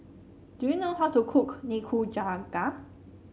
do you know how to cook Nikujaga